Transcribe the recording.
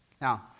Now